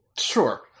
Sure